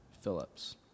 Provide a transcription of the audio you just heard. Phillips